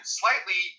slightly